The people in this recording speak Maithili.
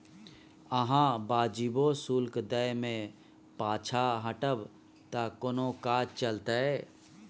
अहाँ वाजिबो शुल्क दै मे पाँछा हटब त कोना काज चलतै